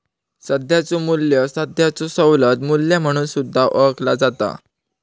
सध्याचो मू्ल्य सध्याचो सवलत मू्ल्य म्हणून सुद्धा ओळखला जाता